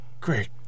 Great